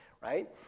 right